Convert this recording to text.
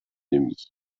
demi